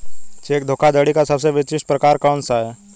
Check धोखाधड़ी का सबसे विशिष्ट प्रकार कौन सा है?